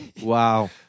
Wow